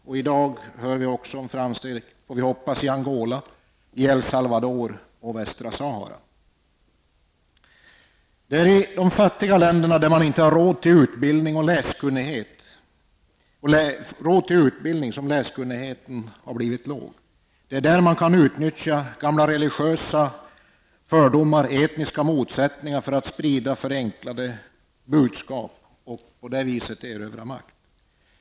Och vi får också hoppas på framsteg i Det är i de fattiga länderna som man inte har råd till utbildning, och läskunnigheten är därför låg. Där kan gamla religiösa fördomar och etniska motsättningar utnyttjas för att sprida förenklade budskap och därigenom erövra makt.